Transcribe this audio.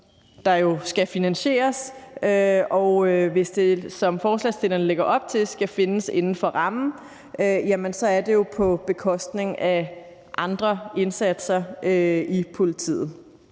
der jo skal finansieres. Og hvis det, som forslagsstillerne lægger op til, skal findes inden for rammen, er det jo på bekostning af andre indsatser i politiet.